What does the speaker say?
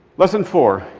lesson four.